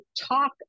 talk